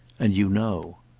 and you know.